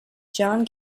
john